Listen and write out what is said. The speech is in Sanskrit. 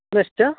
पुनश्च